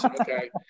Okay